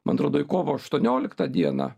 man atrodo į kovo aštuonioliktą dieną